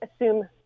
assume